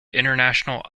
international